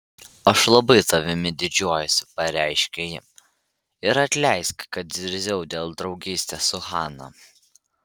aš labai tavimi didžiuojuosi pareiškė ji ir atleisk kad zirziau dėl draugystės su hana